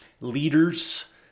Leaders